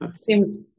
Seems